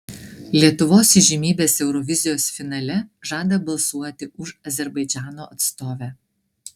lietuvos įžymybės eurovizijos finale žada balsuoti už azerbaidžano atstovę